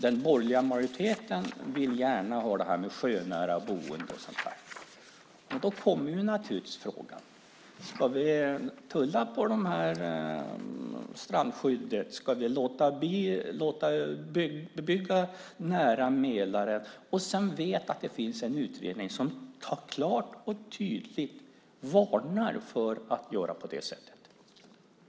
Den borgerliga majoriteten vill gärna ha sjönära boende och sådant. Då kommer naturligtvis frågan: Ska vi tulla på strandskyddet? Ska vi låta bebygga nära Mälaren samtidigt som vi vet att det finns en utredning som klart och tydligt varnar för att göra på det sättet?